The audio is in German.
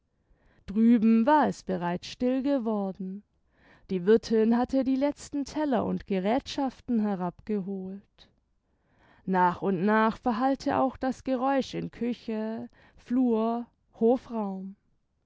drüben war es bereits still geworden die wirthin hatte die letzten teller und geräthschaften herabgeholt nach und nach verhallte auch das geräusch in küche flur hofraum